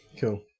cool